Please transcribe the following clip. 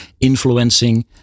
influencing